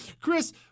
Chris